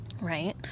right